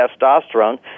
testosterone